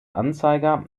anzeiger